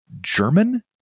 German